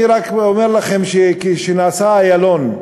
אני רק אומר לכם שכשנעשה פרויקט איילון,